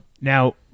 Now